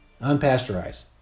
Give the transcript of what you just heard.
Unpasteurized